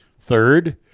Third